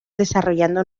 desarrollando